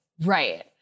Right